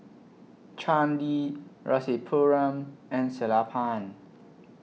Chandi Rasipuram and Sellapan